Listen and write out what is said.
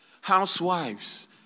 housewives